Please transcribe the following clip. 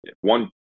one